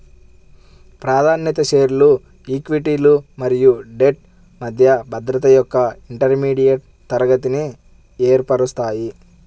ప్రాధాన్యత షేర్లు ఈక్విటీలు మరియు డెట్ మధ్య భద్రత యొక్క ఇంటర్మీడియట్ తరగతిని ఏర్పరుస్తాయి